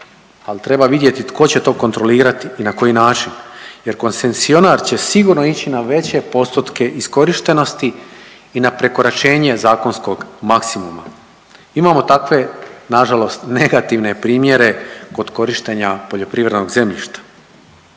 al treba vidjeti tko će to kontrolirati i na koji način jer koncesionar će sigurno ići na veće postotke iskorištenosti i na prekoračenje zakonskog maksimuma. Imamo takve nažalost negativne primjere kod korištenja poljoprivrednog zemljišta.